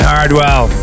Hardwell